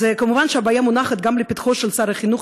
אז מובן שהבעיה מונחת גם לפתחו של שר החינוך,